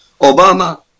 Obama